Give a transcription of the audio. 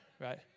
right